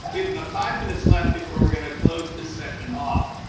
we have about five minutes left before we're going to close this session off.